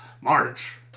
March